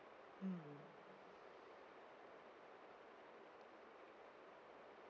mm